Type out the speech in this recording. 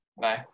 Bye